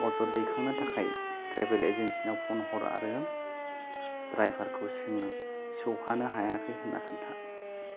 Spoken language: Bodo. अजद दैखांनो थाखाय ट्रेबेल एजेनसिनाव फन हर आरो ड्राइभारखौ सों सौहानो हायाखै होन्ना खोन्था